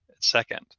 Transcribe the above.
second